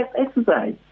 exercise